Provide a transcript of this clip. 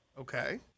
Okay